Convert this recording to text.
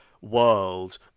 world